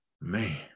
man